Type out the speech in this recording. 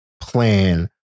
plan